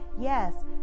yes